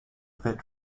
fit